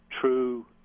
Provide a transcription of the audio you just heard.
true